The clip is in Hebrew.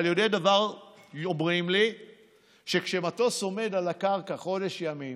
אבל יודעי דבר אומרים לי שכשמטוס עומד על הקרקע חודש ימים